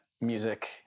music